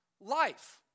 life